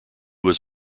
was